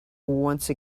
once